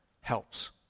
helps